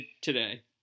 today